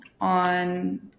on